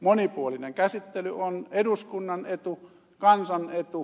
monipuolinen käsittely on eduskunnan etu kansan etu